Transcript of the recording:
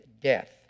death